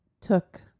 took